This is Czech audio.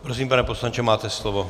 Prosím, pane poslanče, máte slovo.